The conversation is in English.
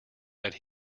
that